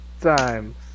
times